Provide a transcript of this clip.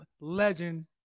legend